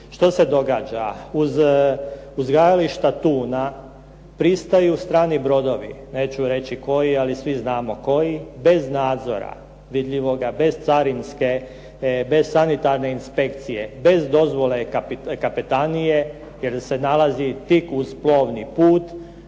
Što se događa? Uz uzgajališta tuna pristaju strani brodovi, neću reći koji ali svi znamo koji bez nadzora vidljivoga, bez carinske, bez sanitarne inspekcije, bez dozvole kapetanije jer se nalazi tik uz plovni put.